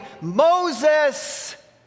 Moses